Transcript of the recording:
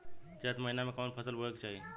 चैत महीना में कवन फशल बोए के चाही?